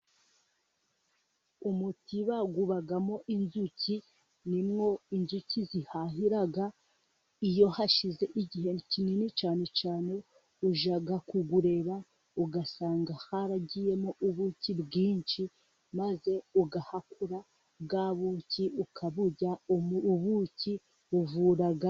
Umutiba ubamo inzuki ni mwo inzuki zihahira, iyo hashize igihe kinini cyane cyane ujya kuwureba ugasanga haragiyemo ubuki bwinshi, maze ugahakura bwa buki ukaburya ubuki buravura.